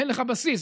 אין לך בסיס,